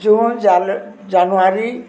June January